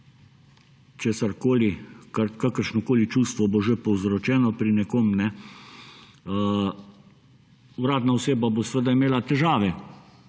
kakršnokoli čustvo bo že povzročeno pri nekom, uradna oseba bo seveda imela težave.